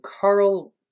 Carl